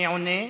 מי עונה?